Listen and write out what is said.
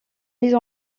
mises